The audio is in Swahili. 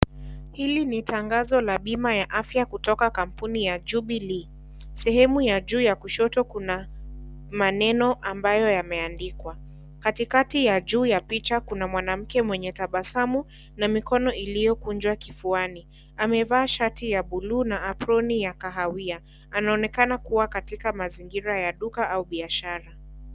Hili ni tangazo la bima ya afya kutoka kampuni ya (cs)Jubilee(cs),sehemu ya juu ya kushoto kuna maneno ambayo yameandikwa, katikati ya juu ya picha kuna mwanamke mwenye tabasamu na mikono iliyokunjwa kifuani, amevaa shati ya buluu na aproni ya kahawia, anaonekana kuwa katika mazingira ya duka au biashara.